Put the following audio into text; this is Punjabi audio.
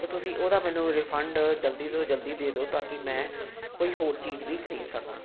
ਤਾਂ ਤੁਸੀਂ ਉਹਦਾ ਮੈਨੂੰ ਰਿਫੰਡ ਜਲਦੀ ਤੋਂ ਜਲਦੀ ਦੇ ਦਿਉ ਤਾਂ ਕਿ ਮੈਂ ਕੋਈ ਹੋਰ ਚੀਜ਼ ਵੀ ਖਰੀਦ ਸਕਾਂ